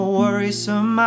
worrisome